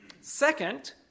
Second